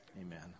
amen